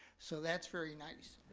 so that's very nice.